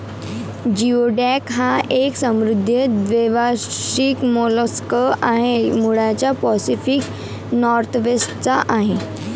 geoduck हा एक समुद्री द्वैवार्षिक मोलस्क आहे, मूळचा पॅसिफिक नॉर्थवेस्ट चा आहे